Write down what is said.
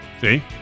See